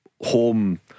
home